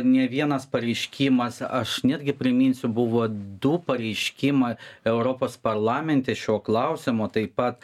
nė vienas pareiškimas aš netgi priminsiu buvo du pareiškimai europos parlamente šiuo klausimu taip pat